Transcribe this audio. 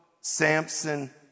Samson